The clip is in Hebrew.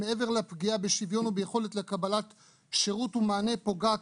מעבר לפגיעה בשוויון וביכולת לקבלת שירות ומענה פוגעת